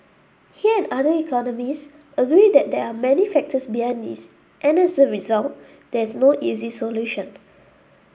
he and other economists agree that there are many factors behind this and as a result there is no easy solution